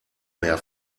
mehr